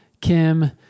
Kim